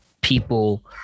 people